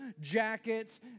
jackets